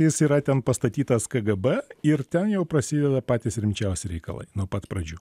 jis yra ten pastatytas kgb ir ten jau prasideda patys rimčiausi reikalai nuo pat pradžių